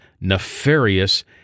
nefarious